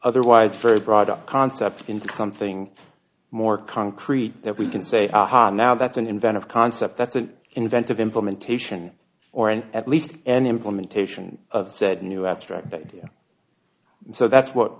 otherwise very broad concept into something more concrete that we can say aha now that's an inventive concept that's an inventive implementation or an at least an implementation of said new abstract idea so that's what